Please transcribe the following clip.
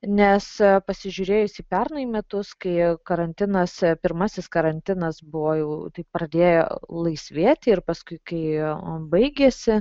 nes pasižiūrėjus į pernai metus kai karantinas pirmasis karantinas buvo jau taip pradėjo laisvėti ir paskui kai baigėsi